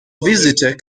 visitor